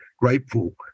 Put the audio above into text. Grateful